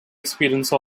experience